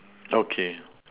okay